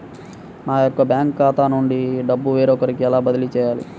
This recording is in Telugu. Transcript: నా యొక్క బ్యాంకు ఖాతా నుండి డబ్బు వేరొకరికి ఎలా బదిలీ చేయాలి?